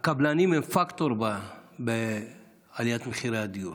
הקבלנים הם פקטור בעליית מחירי הדיור.